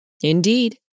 Indeed